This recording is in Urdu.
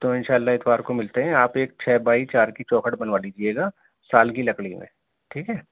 تو انشاء اللہ اتوار کو ملتے ہیں آپ ایک چھ بائی چار کی چوکھٹ بنوا دیجیے گا سال کی لکڑی میں ٹھیک ہے